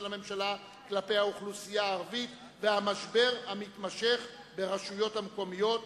הממשלה כלפי האוכלוסייה הערבית והמשבר המתמשך ברשויות המקומיות.